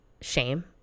shame